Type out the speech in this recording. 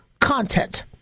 content